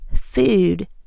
food